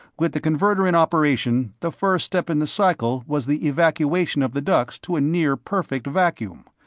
with the converter in operation, the first step in the cycle was the evacuation of the ducts to a near-perfect vacuum.